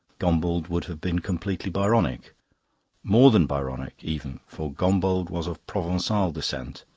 gombauld would have been completely byronic more than byronic, even, for gombauld was of provencal descent,